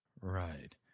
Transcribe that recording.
Right